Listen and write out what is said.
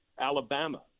Alabama